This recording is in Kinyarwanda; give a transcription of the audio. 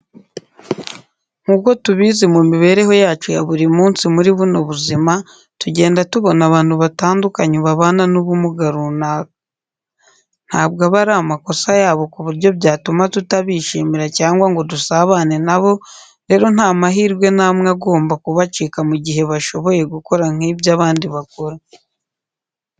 Nk'uko tubizi mu mibereho yacu ya buri munsi muri buno buzima tugenda tubona abantu batandukanye babana n'ubumuga runaka. Ntabwo aba ari amakosa yabo ku buryo byatuma tutabishimira cyangwa ngo dusabane na bo, rero nta mahirwe namwe agomba kubacika mu gihe bashoboye gukora nk'ibyo abandi bakora.